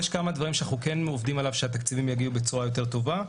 יש כמה דברים שאנחנו עובדים עליהם כך שהתקציבים יגיעו בצורה יותר טובה.